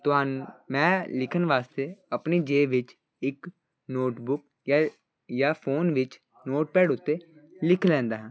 ਤੁਹਾਨੂੰ ਮੈਂ ਲਿਖਣ ਵਾਸਤੇ ਆਪਣੀ ਜੇਬ ਵਿੱਚ ਇੱਕ ਨੋਟਬੁੱਕ ਯਾ ਜਾਂ ਫੋਨ ਵਿੱਚ ਨੋਟਪੈਡ ਉੱਤੇ ਲਿਖ ਲੈਂਦਾ ਹਾਂ